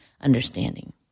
understanding